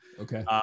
Okay